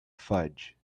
fudge